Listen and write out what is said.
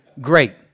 Great